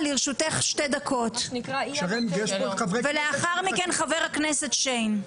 לרשותך שתי דקות, ולאחר מכן חבר הכנסת שיין.